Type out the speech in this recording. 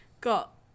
got